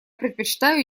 предпочитаю